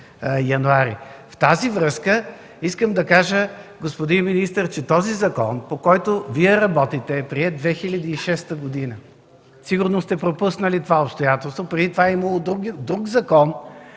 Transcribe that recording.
с това искам да кажа, господин министър, че този закон, по който Вие работите, е приет през 2006 г. Сигурно сте пропуснали това обстоятелство. Преди това имало друг закон,